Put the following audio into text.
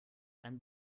einen